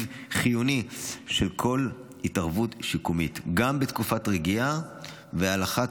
חיוני של כל התערבות שיקומית גם בתקופת רגיעה ועל אחת